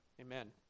amen